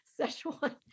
Szechuan